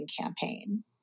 campaign